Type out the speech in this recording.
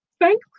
thank